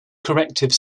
corrective